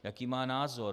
Jaký má názor?